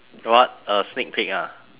what a sneak peek ah